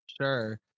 Sure